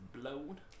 blown